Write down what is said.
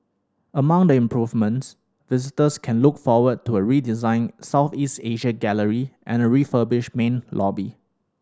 among the improvements visitors can look forward to a redesigned Southeast Asia gallery and a refurbished main lobby